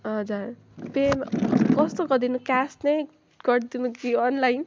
हजुर पे कस्तो गरिदिनु क्यास नै गरिदिनु कि अनलाइन